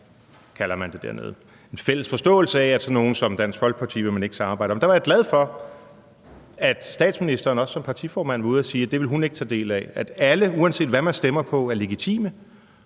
kalder det dernede – en fælles forståelse af, at sådan nogle som Dansk Folkeparti vil man ikke samarbejde med. Der var jeg glad for, at statsministeren også som partiformand var ude at sige, at det ville hun ikke selv tage del i, at alle, uanset hvad man stemmer på, er legitime